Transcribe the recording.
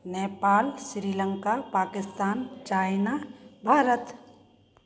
Nepal Sri Lanka Pakistan China Bharat